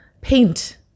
paint